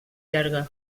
llarga